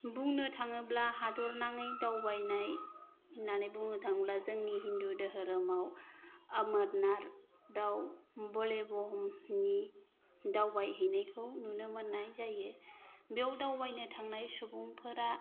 बुंनो थाङोब्ला हादरनाङै दावबायनाय होननानै बुंनो थाङोब्ला जोंनि हिन्दु दोहोरोमाव अमरनाथआव बलेबमनि दावबायहैनायखौ नुनो मोननाय जायो बेयाव दावबायनो थांनाय सुबुंफोरा